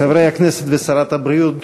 חברי הכנסת ושרת הבריאות,